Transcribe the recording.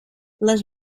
les